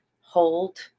hold